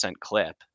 clip